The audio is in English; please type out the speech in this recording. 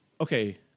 Okay